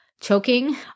choking